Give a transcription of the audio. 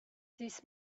this